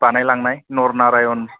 बानाय लांनाय नरनारायन